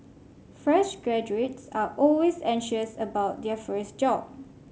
fresh graduates are always anxious about their first job